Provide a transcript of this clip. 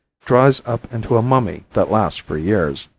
dries up into a mummy that lasts for years.